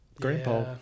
grandpa